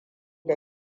da